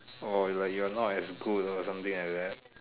or like you are not as good or something like that